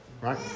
right